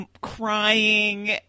crying